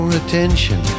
attention